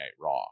Raw